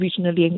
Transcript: regionally